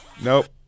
nope